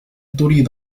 تريد